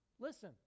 Listen